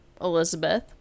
elizabeth